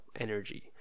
energy